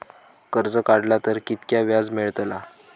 कर्ज काडला तर कीतक्या व्याज मेळतला?